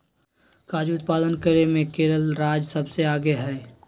काजू उत्पादन करे मे केरल राज्य सबसे आगे हय